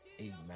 Amen